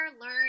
learn